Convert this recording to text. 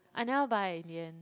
I never buy in the end